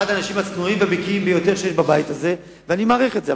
אחד האנשים הצנועים והבקיאים ביותר שיש בבית הזה ואני מעריך את זה,